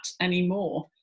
anymore